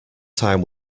time